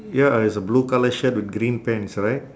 ya it's a blue colour shirt with green pants right